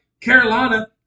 Carolina